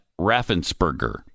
Raffensperger